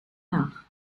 nach